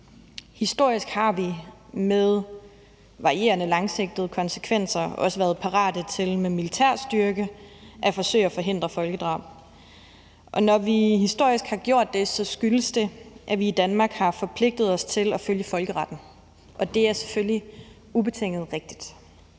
Historisk har vi med varierende langsigtede konsekvenser også været parate til med militærstyrke at forsøge at forhindre folkedrab. Når vi historisk har gjort det, skyldes det, at vi i Danmark har forpligtet os til at følge folkeretten, og det er selvfølgelig ubetinget rigtigt.